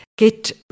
get